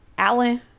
Alan